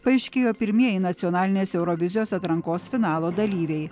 paaiškėjo pirmieji nacionalinės eurovizijos atrankos finalo dalyviai